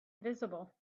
visible